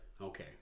okay